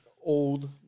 old